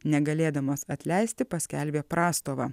negalėdamas atleisti paskelbė prastovą